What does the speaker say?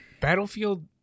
Battlefield